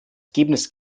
ergebnis